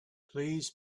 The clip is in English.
please